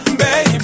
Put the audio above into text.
baby